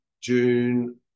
June